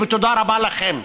תודה רבה לכם.